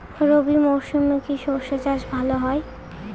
রবি মরশুমে কি সর্ষে চাষ ভালো হয়?